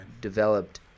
developed